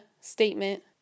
statement